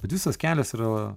bet visas kelias yra